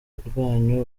rwanyu